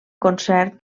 concert